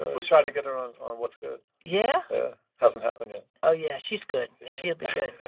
we tried to get her on what's good yeah? yeah. hasn't happened yet oh, yeah. she's good. she'll be good.